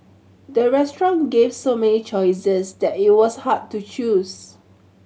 the restaurant gave so many choices that it was hard to choose